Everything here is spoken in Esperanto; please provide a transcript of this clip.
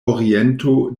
oriento